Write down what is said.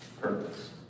purpose